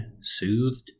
soothed